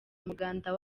umuganda